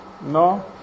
No